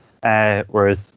whereas